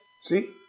See